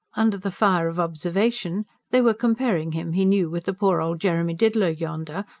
under the fire of observation they were comparing him, he knew, with the poor old jeremy diddler yonder,